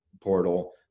portal